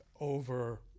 over